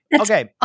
okay